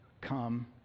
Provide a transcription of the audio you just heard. come